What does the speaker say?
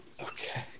Okay